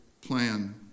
plan